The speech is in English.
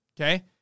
okay